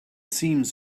seems